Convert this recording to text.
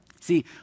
See